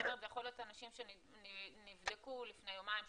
יכול להיות שאלה אנשים שנבדקו לפני יומיים,